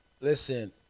listen